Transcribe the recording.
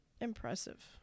impressive